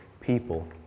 people